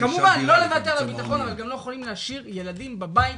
כמובן לא לוותר על הביטחון להשאיר ילדים בבית,